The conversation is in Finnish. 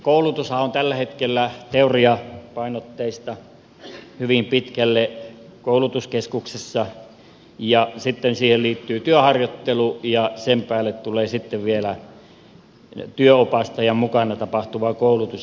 koulutushan on tällä hetkellä teoriapainotteista hyvin pitkälle koulutuskeskuksessa ja sitten siihen liittyy työharjoittelu ja sen päälle tulee sitten vielä työnopastajan mukana tapahtuva koulutus